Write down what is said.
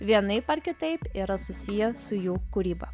vienaip ar kitaip yra susiję su jų kūryba